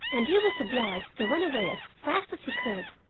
and he was obliged to run away as fast as he could.